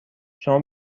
شما